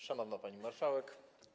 Szanowna Pani Marszałek!